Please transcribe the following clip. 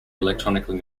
electronically